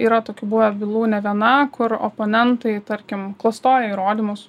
yra tokių buvę bylų ne viena kur oponentai tarkim klastoja įrodymus